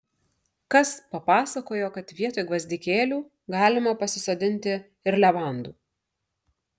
kas papasakojo kad vietoj gvazdikėlių galima pasisodinti ir levandų